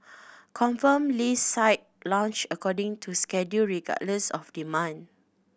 confirmed list site launched according to schedule regardless of demand